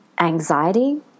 anxiety